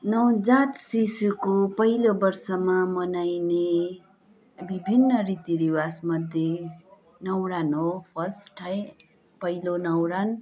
नवजात शिशुको पहिलो वर्षमा मनाइने विभिन्न रीति रिवाज मध्ये न्वारन हो फर्स्ट है पहिलो न्वारन